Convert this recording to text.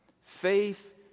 Faith